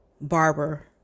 barber